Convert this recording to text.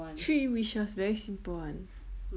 three wishes very simple [one]